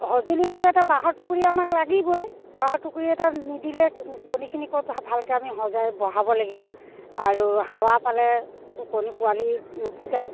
সঁজুলি হ'লেটো এটা বাঁহৰ টুকুৰি আমাক লাগিবই বাঁহৰ টুকুৰি এটা নিদিলে কণীখিনিকতো ভালকৈ আমি সজাই বহাব লাগিব আৰু হাৱা পালে কণী পোৱালি নুফুটাই